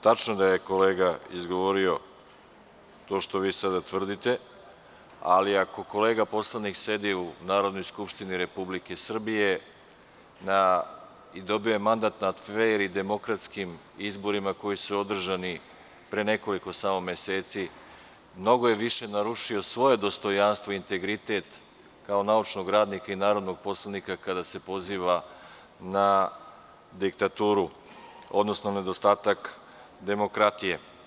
Tačno je da je kolega izgovorio to što vi sada tvrdite, ali ako kolega poslanik sedi u Narodnoj skupštini Republike Srbije i dobio je mandat na fer i demokratskim izborima, koji su održani pre nekoliko meseci, mnogo je više narušio svoje dostojanstvo i integritet, kao naučnog radnika i narodnog poslanika, kada se poziva na diktaturu, odnosno nedostatak demokratije.